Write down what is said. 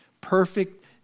Perfect